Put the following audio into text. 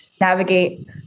navigate